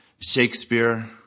Shakespeare